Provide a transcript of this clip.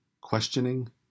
questioning